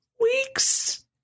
weeks